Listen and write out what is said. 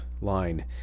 line